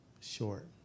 short